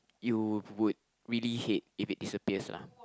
you would really hate if it disappears lah